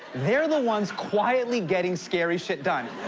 they're the ones quietly getting scary shit done.